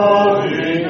Holy